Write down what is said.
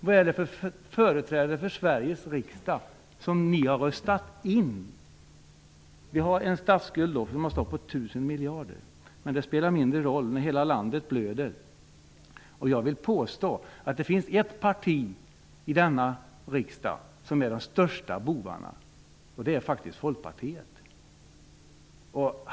Vad är det för företrädare för svenska folket som ni har röstat in i Sveriges riksdag? Som jag sade har vi en statsskuld på uppåt tusen miljarder. Men det spelar mindre roll när hela landet blöder. Jag vill påstå att det finns ett parti i denna riksdag som är den största boven -- och det är faktiskt Folkpartiet.